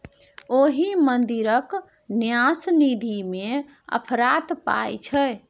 ओहि मंदिरक न्यास निधिमे अफरात पाय छै